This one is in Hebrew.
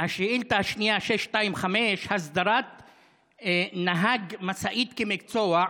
השאילתה השנייה, 625, הסדרת נהג משאית כמקצוע: